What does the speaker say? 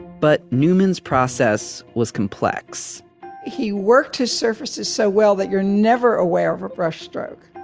but newman's process was complex he worked his surfaces so well that you're never aware of a brush stroke.